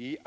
I